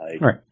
Right